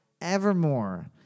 Evermore